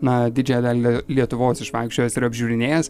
na didžiąją dalį lietuvos išvaikščiojęs ir apžiūrinėjęs